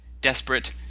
Desperate